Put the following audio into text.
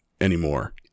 anymore